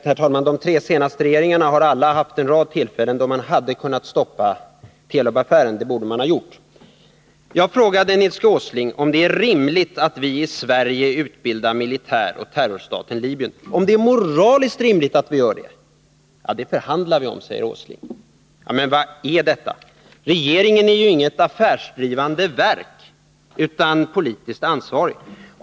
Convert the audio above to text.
Herr talman! De tre senaste regeringarna har alla haft en rad tillfällen då man hade kunnat stoppa Telubaffären — det borde man ha gjort. Jag frågade Nils G. Åsling om det är moraliskt rimligt att vi i Sverige utbildar militär åt terrorstaten Libyen. Det förhandlar vi om, säger Nils Åsling. Men vad är detta? Regeringen är ju inget affärsdrivande verk utan politiskt ansvarig.